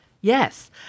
Yes